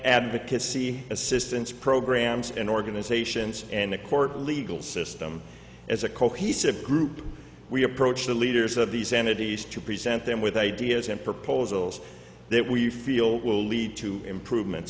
advocacy assistance programs and organizations and the court legal system as a cohesive group we approach the leaders of these entities to present them with ideas and proposals that we feel will lead to improvements